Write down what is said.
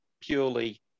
purely